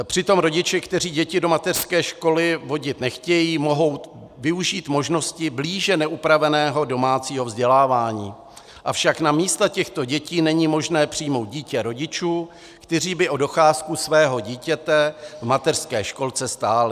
Přitom rodiče, kteří děti do mateřské školy vodit nechtějí, mohou využít možnosti blíže neupraveného domácího vzdělávání, avšak na místa těchto dětí není možné přijmout dítě rodičů, kteří by o docházku svého dítěte v mateřské školce stáli.